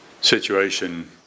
situation